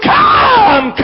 come